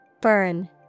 Burn